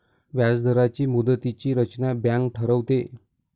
व्याजदरांची मुदतीची रचना बँक ठरवते